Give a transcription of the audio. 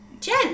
Jen